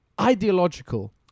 ideological